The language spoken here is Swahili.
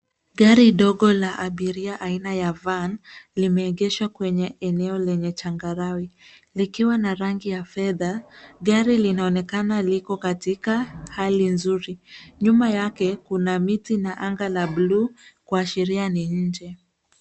Gari ndogo la abiria aina ya van limeegeshwa kwenye eneo lenye changarawe likiwa na rangi ya fedha. Gari linaonekana liko katika hali nzuri. Nyuma yake kuna miti na anga la bluu, kuashiria ni nje.